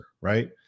Right